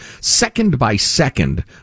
second-by-second